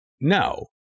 no